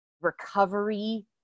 recovery